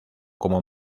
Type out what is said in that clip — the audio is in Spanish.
como